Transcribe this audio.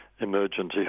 emergency